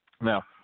Now